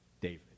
David